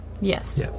Yes